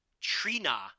Trina